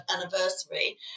anniversary